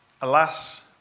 Alas